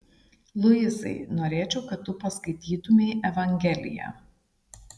luisai norėčiau kad tu paskaitytumei evangeliją